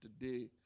today